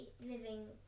living